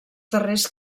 darrers